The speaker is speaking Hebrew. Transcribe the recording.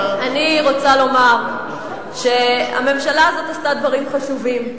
אני רוצה לומר שהממשלה הזאת עשתה דברים חשובים.